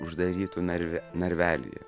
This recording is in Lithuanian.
uždarytu narve narvelyje